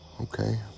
Okay